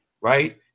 right